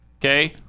Okay